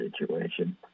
situation